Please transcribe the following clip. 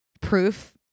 proof